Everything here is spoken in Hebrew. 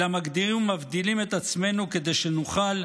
אלא מגדירים ומבדילים את עצמנו כדי שנוכל,